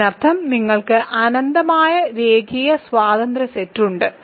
അതിനർത്ഥം നിങ്ങൾക്ക് അനന്തമായ രേഖീയ സ്വതന്ത്ര സെറ്റ് ഉണ്ട്